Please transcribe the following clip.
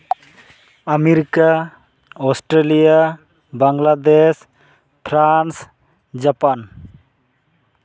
America Australia Bangladesh France Japan